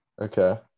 okay